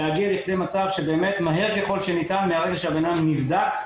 להגיע למצב שבאמת מהר ככל שניתן מהרגע שהבנאדם נבדק,